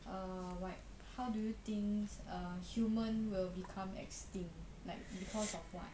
err like how do you think err human will become extinct like because of what